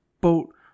boat